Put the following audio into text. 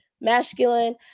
masculine